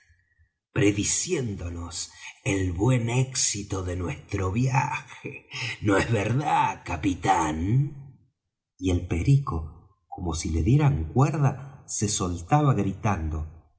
flint prediciéndonos el buen éxito de nuestro viaje no es verdad capitán y el perico como si le dieran cuerda se soltaba gritando